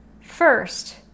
First